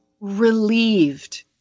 relieved